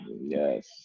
Yes